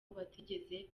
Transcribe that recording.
batigeze